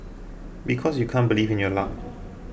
because you can't believe in your luck